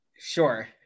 Sure